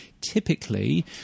typically